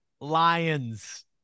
Lions